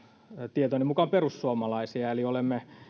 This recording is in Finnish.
tietojeni mukaan perussuomalaisia eli olemme